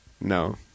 No